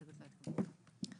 הצבעה ההסתייגות לא התקבלה.